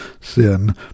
sin